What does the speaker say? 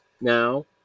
now